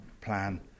plan